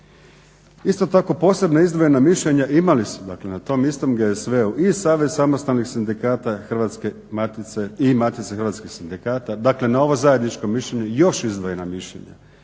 Isto tako posebno izdvojena mišljenja imali su na tom istu GSV-u i Savez samostalnih sindikata Hrvatske matice i Matice hrvatskih sindikata, dakle na ovo zajedničko mišljenje još izdvojena mišljena